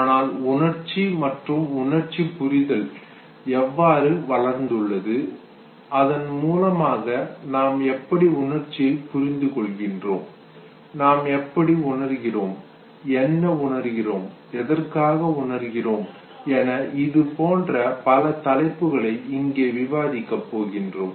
ஆனால் உணர்ச்சி மற்றும் உணர்ச்சி புரிதல் எவ்வாறு வளர்ந்தது அதன் மூலமாக நாம் எப்படி உணர்ச்சியை புரிந்து கொள்கிறோம் நாம் எப்படி உணர்கிறோம் என்ன உணருகிறோம் எதற்காக உணர்கிறோம் என இது போன்ற பல தலைப்புகளை இங்கே விவாதிக்கப் போகிறோம்